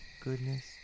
goodness